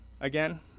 again